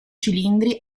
cilindri